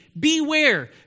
Beware